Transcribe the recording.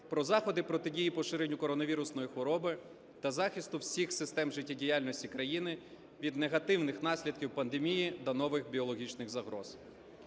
"Про заходи протидії поширенню коронавірусної хвороби та захисту всіх систем життєдіяльності країни від негативних наслідків пандемії та нових біологічних загроз".